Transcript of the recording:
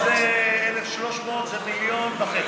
11,000, 1,300 זה 1.5 מיליון.